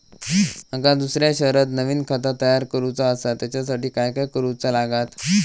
माका दुसऱ्या शहरात नवीन खाता तयार करूचा असा त्याच्यासाठी काय काय करू चा लागात?